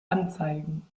anzeigen